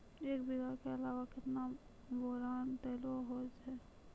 एक बीघा के अलावा केतना बोरान देलो हो जाए?